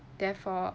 therefore